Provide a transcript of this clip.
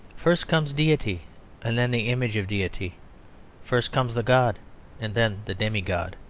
first comes deity and then the image of deity first comes the god and then the demi-god,